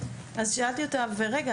אז שאלתי אותה: רגע,